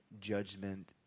judgment